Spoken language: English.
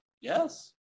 Yes